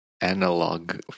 analog